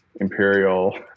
Imperial